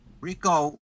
RICO